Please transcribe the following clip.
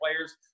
players